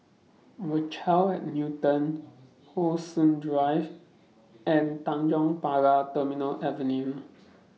Rochelle At Newton How Sun Drive and Tanjong Pagar Terminal Avenue